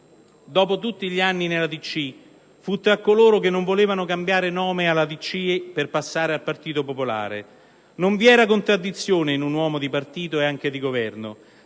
Dopo tutti gli anni nella DC, fu tra coloro che non volevano cambiare nome alla DC per passare al Partito Popolare. Non vi era contraddizione in un uomo di partito e anche di Governo.